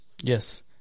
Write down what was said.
yes